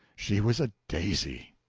she was a daisy.